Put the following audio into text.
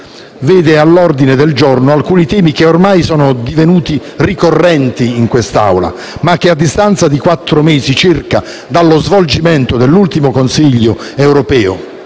vede all'ordine del giorno alcuni temi, che ormai sono divenuti ricorrenti in questa Assemblea, ma che, a distanza dì quattro mesi circa dallo svolgimento dell'ultimo Consiglio europeo,